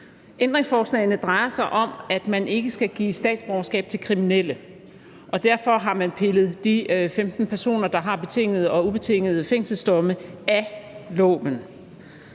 Ændringsforslagene drejer sig om, at man ikke skal give statsborgerskab til kriminelle, og derfor har man pillet de 15 personer, der har betingede og ubetingede fængselsdomme, af